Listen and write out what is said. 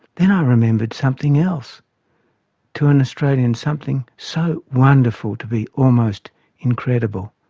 then i remembered something else to an australian something so wonderful to be almost incredible.